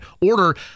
order